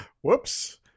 Whoops